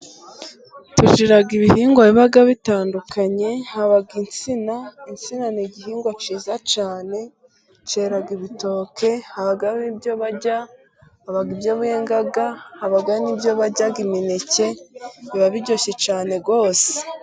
Tugira ibihingwa biba bitandukanye, haba insina insina ni igihingwa cyiza cyane cyera ibitoke, haba ibyo barya haba ibyo benga, haba ibyo barya imineke biba biryoshye cyane rwose.